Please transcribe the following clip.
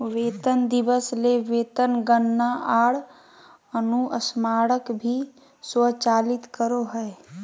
वेतन दिवस ले वेतन गणना आर अनुस्मारक भी स्वचालित करो हइ